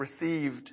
received